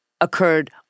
occurred